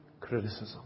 criticism